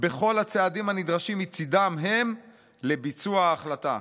בכל הצעדים הנדרשים מצידם הם לביצוע ההחלטה.